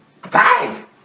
Five